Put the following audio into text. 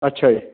ਅੱਛਾ ਜੀ